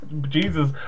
Jesus